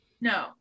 No